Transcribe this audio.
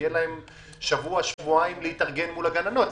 שיהיה להם שבוע-שבועיים להתארגן מול הגננות.